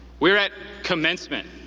we are at commencement,